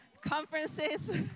Conferences